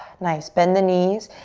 nice, bend the knees.